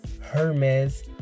Hermes